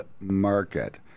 market